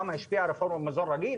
כמה השפיעה הרפורמה במזון רגיל,